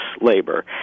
labor